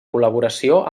col·laboració